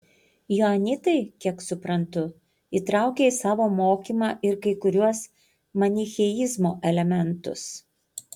joanitai kiek suprantu įtraukia į savo mokymą ir kai kuriuos manicheizmo elementus